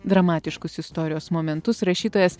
dramatiškus istorijos momentus rašytojas